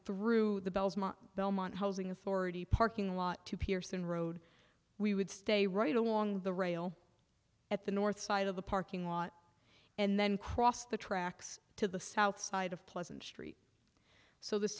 through the belmont housing authority parking lot to pearson road we would stay right along the rail at the north side of the parking lot and then cross the tracks to the south side of pleasant street so th